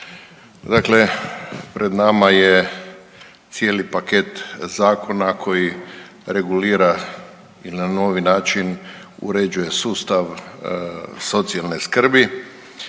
Dakle, pred nama je cijeli paket zakona koji regulira i na novi način uređuje sustav socijalne skrbi